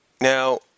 Now